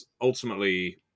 ultimately